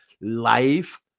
life